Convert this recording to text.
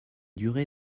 durer